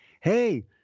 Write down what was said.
hey